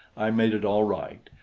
i made it all right,